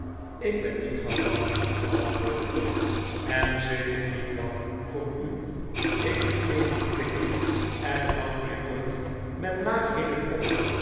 ik ben niet gauw bang antwoordde tom en zeker niet bang voor u ik ben geen verklikker en houd mij nooit met laagheden op